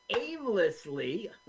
aimlessly